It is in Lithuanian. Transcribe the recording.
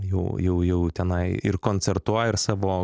jau jau jau tenai ir koncertuoja ir savo